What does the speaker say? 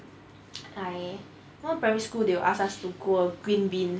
I you know primary school they will ask us to grow a green bean